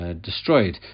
destroyed